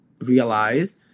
realize